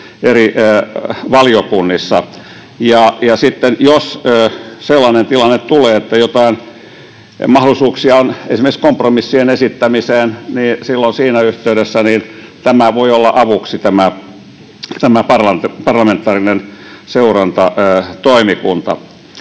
eri valiokunnissa. Sitten jos sellainen tilanne tulee, että joitain mahdollisuuksia on esimerkiksi kompromissien esittämiseen, niin silloin siinä yhteydessä tämä parlamentaarinen seurantatoimikunta